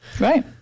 right